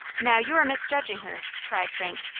now, you are misjudging her! cried frank.